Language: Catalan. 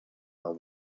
del